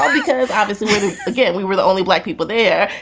um because obviously, again, we were the only black people there.